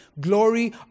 Glory